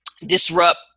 disrupt